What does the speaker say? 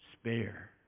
spare